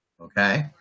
okay